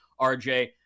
RJ